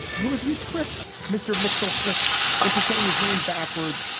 who, if you tricked mr. mcsween, flick into saying his name backwards,